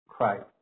Christ